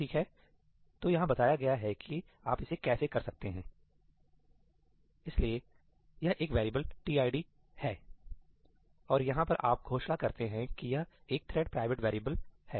ठीक है तो यहां बताया गया है कि आप इसे कैसे कर सकते हैं इसलिए यह एक वेरिएबल tid है और यहां पर आप घोषणा करते हैं की यह एक थ्रेड प्राइवेट वैरिएबल है